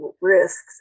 risks